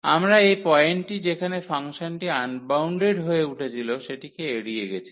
আমরা এই পয়েন্টটি যেখানে ফাংশনটি আনবাউন্ডেড হয়ে উঠছিল সেটিকে এড়িয়ে গেছি